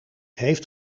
heeft